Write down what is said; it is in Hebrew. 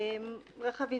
רכב מדברי,